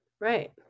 right